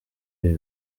ibi